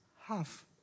half